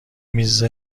میز